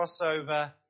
crossover